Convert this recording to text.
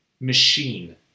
machine